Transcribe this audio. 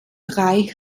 drei